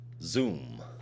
Zoom